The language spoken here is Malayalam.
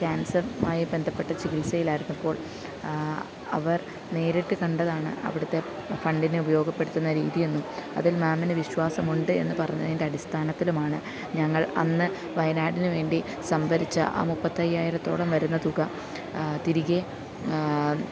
കാന്സറുമായി ബന്ധപ്പെട്ട് ചികിത്സയിലായിരുന്നപ്പോള് അവര് നേരിട്ട് കണ്ടതാണ് അവിടുത്തെ ഫണ്ടിനെ ഉപയോഗപ്പെടുത്തുന്ന രീതിയെന്നും അതില് മാമിന് വിശ്വാസമുണ്ട് എന്ന് പറഞ്ഞതിന്റെ അടിസ്ഥാനത്തിലുമാണ് ഞങ്ങള് അന്ന് വയനാടിന് വേണ്ടി സംഭരിച്ച ആ മുപ്പത്തി അയ്യായിരത്തോളം വരുന്ന തുക തിരികെ